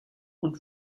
und